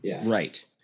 right